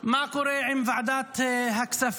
מה קורה עם ועדת הכספים.